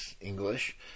English